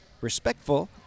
respectful